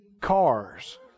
cars